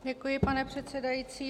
Děkuji, pane předsedající.